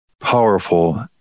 powerful